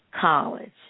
college